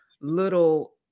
little